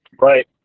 right